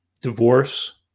divorce